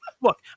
look